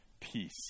peace